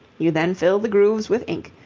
you then fill the grooves with ink,